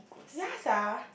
yeah sia